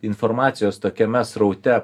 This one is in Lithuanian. informacijos tokiame sraute